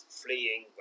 fleeing